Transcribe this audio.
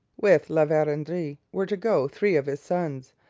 with la verendrye were to go three of his sons,